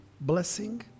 blessing